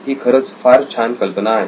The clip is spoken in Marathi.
ही खरंच फार छान कल्पना आहे